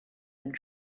and